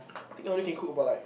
think I only can cook about like